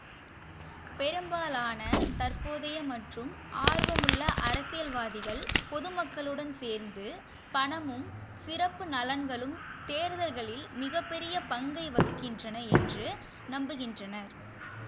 பெரும்பாலான தற்போதைய மற்றும் ஆர்வமுள்ள அரசியல்வாதிகள் பொதுமக்களுடன் சேர்ந்து பணமும் சிறப்பு நலன்களும் தேர்தல்களில் மிகப் பெரிய பங்கை வகிக்கின்றன என்று நம்புகின்றனர்